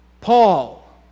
Paul